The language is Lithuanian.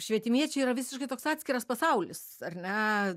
švietimiečiai yra visiškai toks atskiras pasaulis ar ne